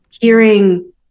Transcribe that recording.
Hearing